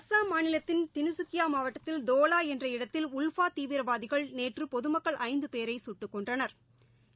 அசாம் மாநிலத்தின் டின்கக்கியா மாவட்டத்தில் தோலா என்ற இடத்தில் உல்ஃபா தீவிரவாதிகள் நேற்று பொது மக்கள் ஐந்து பேரை சுட்டுக்கொன்றனா்